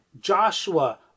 Joshua